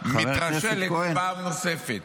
מתרשלת פעם נוספת.